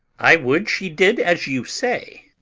i would she did as you say.